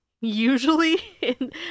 usually